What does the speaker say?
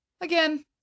Again